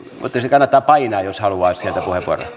mutta kannattaa painaa jos haluaa sieltä puheenvuoron